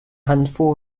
handful